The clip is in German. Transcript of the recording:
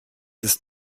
ist